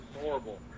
horrible